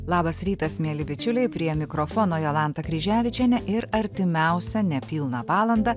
labas rytas mieli bičiuliai prie mikrofono jolanta kryževičienė ir artimiausią nepilną valandą